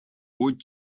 wood